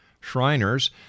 Shriners